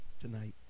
tonight